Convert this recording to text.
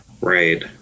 Right